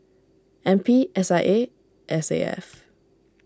N P S I A S A F